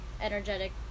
energetic